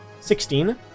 Sixteen